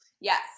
Yes